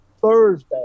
Thursday